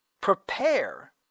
prepare